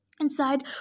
Inside